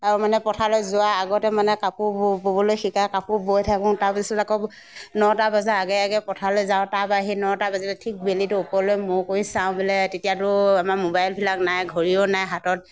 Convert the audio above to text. তাৰমানে পথাৰলৈ যোৱা আগতে মানে কাপোৰ ববলৈ শিকায় কাপোৰ বৈ থাকোঁ তাৰপিছতে আকৌ নটা বজা আগে আগে পথাৰলৈ যাওঁ তাৰ পৰা আহি নটা বাজিলে ঠিক বেলিটো ওপৰলৈ মূৰ কৰি চাওঁ বোলে তেতিয়াতো আমাৰ মোবাইলবিলাক নাই ঘড়ীও নাই হাতত